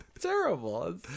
Terrible